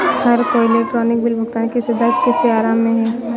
हर कोई electronic bill भुगतान की सुविधा से आराम में है